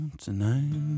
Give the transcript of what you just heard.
tonight